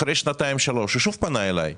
אחרי שנתיים-שלוש הוא שוב פנה אליי.